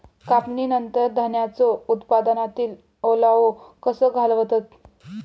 कापणीनंतर धान्यांचो उत्पादनातील ओलावो कसो घालवतत?